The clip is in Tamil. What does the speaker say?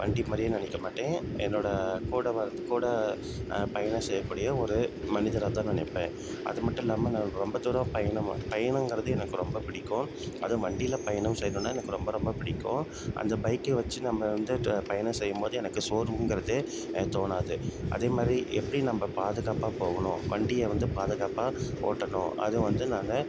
வண்டி மாதிரியே நினைக்க மாட்டேன் என்னோடய கூட வாழ் கூட பயணம் செய்யக்கூடிய ஒரு மனிதராகத் தான் நினைப்பேன் அது மட்டும் இல்லாமல் நான் ரொம்ப தூரம் பயணம் பயணங்கிறதே எனக்கு ரொம்பப் பிடிக்கும் அதுவும் வண்டியில் பயணம் செய்யணுன்னா எனக்கு ரொம்ப ரொம்ப பிடிக்கும் அந்த பைக்கை வச்சு நம்ம வந்துட்டு பயணம் செய்யும் போது எனக்கு சோர்வுங்கிறதே தோணாது அதே மாதிரி எப்படி நம்ம பாதுகாப்பாக போகணும் வண்டியை வந்து பாதுகாப்பாக ஓட்டணும் அதுவும் வந்து நான்